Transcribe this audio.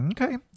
Okay